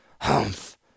Humph